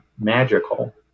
magical